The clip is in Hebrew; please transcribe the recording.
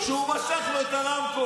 שהוא משך לו את הרמקול.